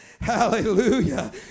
Hallelujah